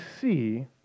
see